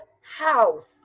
house